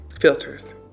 filters